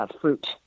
fruit